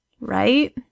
right